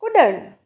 कुड॒णु